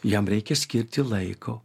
jam reikia skirti laiko